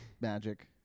magic